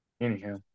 anyhow